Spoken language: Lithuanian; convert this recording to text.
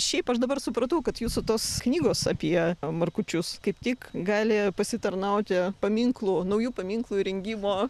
šiaip aš dabar supratau kad jūsų tos knygos apie markučius kaip tik gali pasitarnauti paminklų naujų paminklų įrengimo